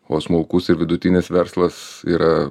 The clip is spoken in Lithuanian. o smulkus ir vidutinis verslas yra